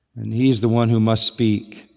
he is the one who must speak.